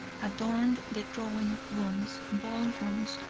adorned the drawing-rooms, ball-rooms,